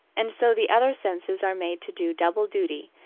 and so the other senses are made to do double duty,